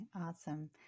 awesome